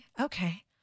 Okay